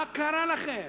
מה קרה לכם?